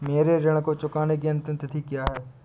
मेरे ऋण को चुकाने की अंतिम तिथि क्या है?